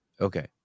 Okay